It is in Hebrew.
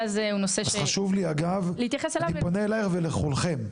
אז אני פונה אלייך ולכולכם,